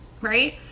Right